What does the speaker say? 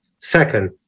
Second